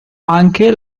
anche